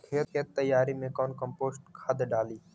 खेत तैयारी मे कौन कम्पोस्ट खाद डाली?